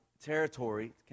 territory